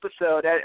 episode